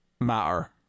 matter